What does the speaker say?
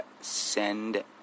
send